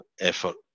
effort